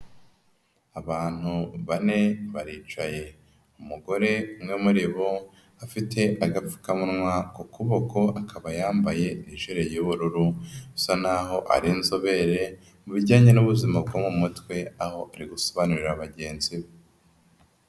Abantu bane baricaye, umugore umwe muri bo afite agapfukamunwa ku kuboko akaba yambaye ijire y'ubururusa, bisa n'aho ari inzobere mu bijyanye n'ubuzima bwo mu mutwe, aho ari gusobanurira bagenzi be.